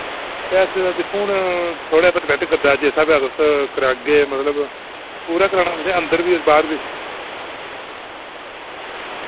पैसे दा दिक्खो हू'न थोआढ़े पर डिपेंड करदा जिस स्हाबे दा तुस करागे मतलब पूरा कराना तुसें अंदर बी बाह्र बी